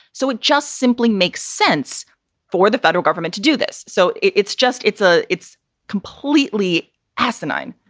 so it just simply makes sense for the federal government to do this. so it's just it's a it's completely asinine